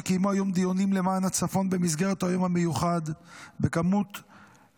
שקיימו היום דיונים למען הצפון במסגרת היום המיוחד במספר לא